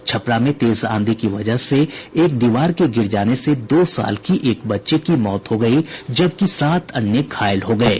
छपरा में तेज आंधी की वजह से एक दीवार के गिर जाने से दो साल की एक बच्ची की मौत हो गयी जबकि सात अन्य घायल हो गये